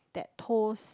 that toast